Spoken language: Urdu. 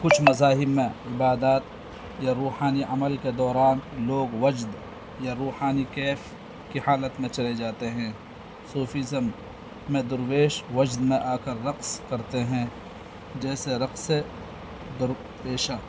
کچھ مذاہب میں عبادات یا روحانی عمل کے دوران لوگ وجد یا روحانی کیف کی حالت میں چلے جاتے ہیں صوفیظم میں درویش وجد میں آ کر رقص کرتے ہیں جیسے رقص در پیشہ